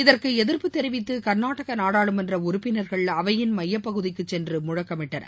இதற்கு எதிர்ப்பு தெரிவித்து கர்நாடக நாடாளுமன்ற உறுப்பினர்கள் அவையின் மையப்பகுதிக்கு சென்று முழக்கமிட்டனர்